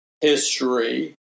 history